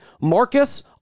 Marcus